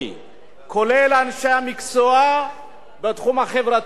כולל אנשי המקצוע בתחום החברתי-הכלכלי.